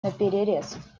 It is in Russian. наперерез